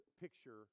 picture